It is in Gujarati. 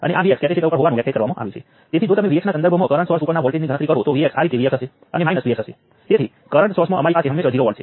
હવે અસલમાં તે I1 હતો હવે તે I ની પોલારીટીને કારણે I1 માઇનસ I x હશે